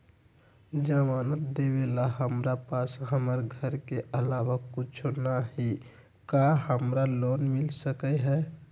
जमानत देवेला हमरा पास हमर घर के अलावा कुछो न ही का हमरा लोन मिल सकई ह?